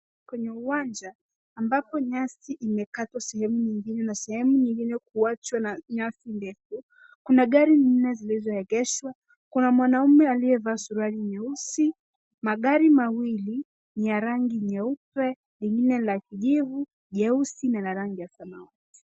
Kwenye uwanja ambabo nyasi imekatwa katika sehemu nyingine na sehemu nyingine kuwachwa na nyasi ndefu. Kuna gari lingine lililoegeshwa kuna mwanaume aliyevaa suruali nyeusi. Magari mawili ya rangi nyeupe lingine la Kijivu jeusi na la rangi ya samawati.